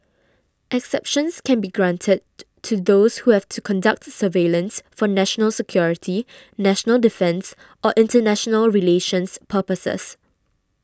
exceptions can be granted to those who have to conduct the surveillance from national security national defence or international relations purposes